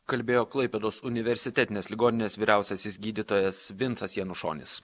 kalbėjo klaipėdos universitetinės ligoninės vyriausiasis gydytojas vincas janušonis